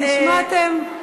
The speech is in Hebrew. נשמעתם.